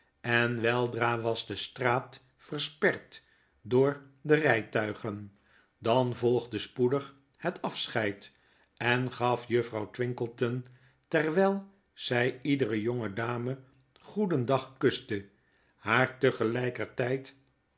en weldra was de straat versperd door de rijtuigen dan volgde spoedig het afscheid en gaf juffrouw twinkleton terwgl zy iedere jonge dame goedendag kuste haar